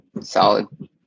Solid